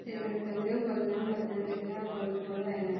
Thiruvananthapuram Kollam Pathanamthitta Kozhikode Wayanad